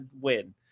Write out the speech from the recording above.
win